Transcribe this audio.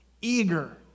Eager